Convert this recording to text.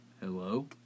hello